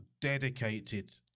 dedicated